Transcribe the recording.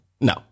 No